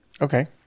Okay